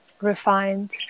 refined